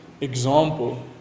example